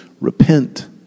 repent